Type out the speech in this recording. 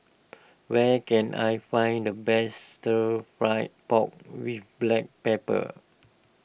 where can I find the best Stir Fry Pork with Black Pepper